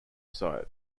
site